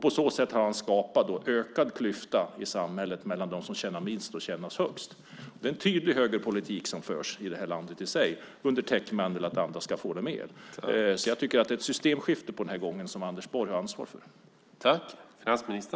På så sätt har man skapat en ökad klyfta i samhället mellan dem som tjänar minst och dem som tjänar mest. Det är en tydlig högerpolitik som förs i det här landet under täckmanteln att andra ska få mer. Jag tycker att det är ett systemskifte som Anders Borg har ansvar för.